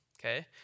Okay